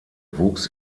wuchs